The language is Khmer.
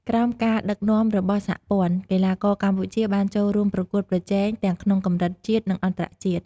ក្រោមការដឹកនាំរបស់សហព័ន្ធ កីឡាករកម្ពុជាបានចូលរួមប្រកួតប្រជែងទាំងក្នុងកម្រិតជាតិ និងអន្តរជាតិ។